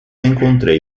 encontrei